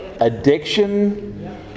addiction